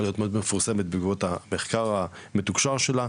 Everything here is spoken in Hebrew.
להיות מאוד מפורסמת בעקבות המחקר המתוקשר שלה,